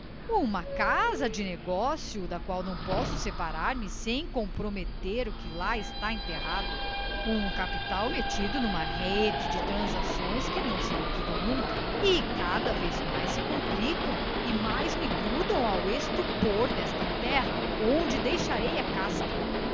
uma casa de negócio da qual não posso separar-me sem comprometer o que lá está enterrado um capital metido numa rede de transações que não se liquidam nunca e cada vez mais se complicam e mais me grudam ao estupor desta terra onde deixarei a casca